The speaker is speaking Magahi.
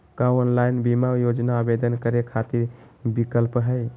का ऑनलाइन बीमा योजना आवेदन करै खातिर विक्लप हई?